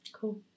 Cool